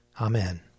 Amen